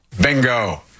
Bingo